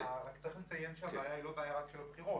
רק צריך לציין שהבעיה היא לא בעיה רק של הבחירות.